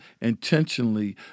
intentionally